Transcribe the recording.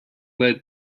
led